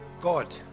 God